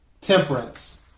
Temperance